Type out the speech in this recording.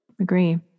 Agree